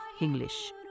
English